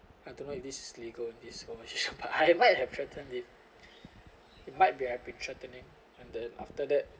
I don't know if this is legal in this conversation but I might have threatened him it might be I've been threatening and then after that